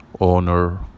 owner